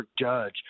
judge